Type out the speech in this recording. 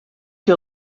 you